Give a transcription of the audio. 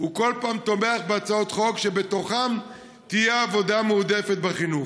הוא כל פעם תומך בהצעות חוק שבתוכן תהיה עבודה מועדפת בחינוך.